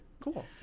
cool